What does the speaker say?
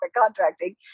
contracting